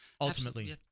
ultimately